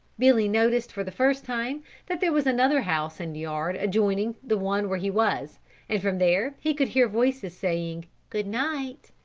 billy noticed for the first time that there was another house and yard adjoining the one where he was and from there he could hear voices saying, good-night.